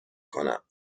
کنم